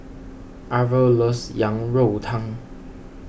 Arvel loves Yang Rou Tang